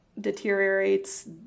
deteriorates